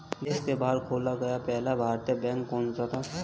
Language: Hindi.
देश के बाहर खोला गया पहला भारतीय बैंक कौन सा था?